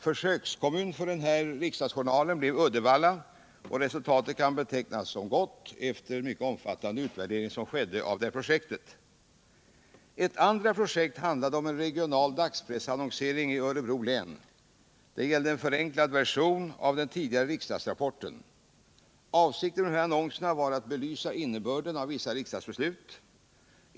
Försökskommun för den här riksdagsjournalen blev Uddevalla, och resultatet kan betecknas som gott, efter den mycket omfattande utvärdering som skedde av projektet. Ett andra projekt handlade om en regional dagspressannonsering i Örebro län. Det gällde en förenklad version av den tidigare riksdagsrapporten. Avsikten med dessa annonser var att belysa innebörden av vissa riksdagsbeslut.